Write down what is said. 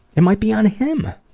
it might be on him.